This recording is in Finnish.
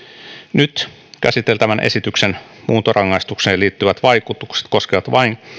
nyt käsiteltävän esityksen muuntorangaistukseen liittyvät vaikutukset koskevat vain